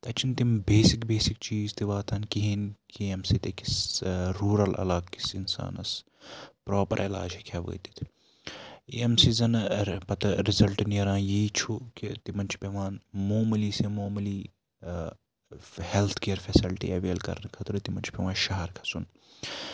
تَتہِ چھِنہٕ تِم بیسِک بیسِک چیٖز تہِ واتان کِہیٖنۍ ییٚمہِ سۭتۍ أکِس روٗرَل عَلاقکِس اِنسانَس پروپر عیلاج ہیکہِ ہا وٲتِتھ ییٚمہِ سۭتۍ زَنہٕ پتہٕ رِزَلٹہٕ نیٚران یی چھُ کہِ تِمن چھُ پیٚوان موموٗلی سے موموٗلی ہیٚلتھ کیر فیسلٹی ایٚویل کَرنہٕ خٲطرٕ تِمن چھُ پیٚوان شَہر کھَژُن